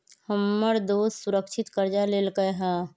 हमर दोस सुरक्षित करजा लेलकै ह